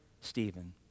Stephen